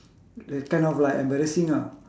like kind of like embarrassing ah